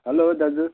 hello दाजु